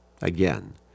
Again